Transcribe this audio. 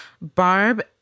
Barb